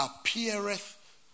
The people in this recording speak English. appeareth